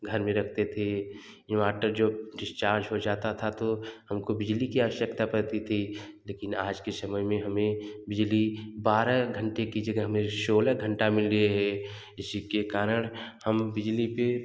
घर में रखते थे इन्वाटर जब डिस्चार्ज हो जाता था तो हमको बिजली की आवश्यकता पड़ती थी लेकिन आज समय में हमें बारह घंटे की जगर सोलह घंटे मिल रहे है इसी के कारण हम बिजली के